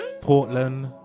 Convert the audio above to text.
Portland